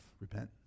Repent